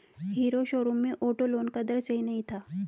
hero showroom में auto loan का दर सही नहीं था